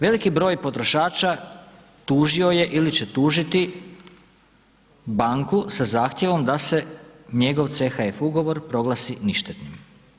Veliki broj potrošača tužio je ili će tužiti banku sa zahtjev da se njegov CHF ugovor proglasi ništetnim.